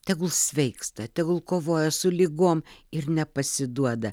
tegul sveiksta tegul kovoja su ligom ir nepasiduoda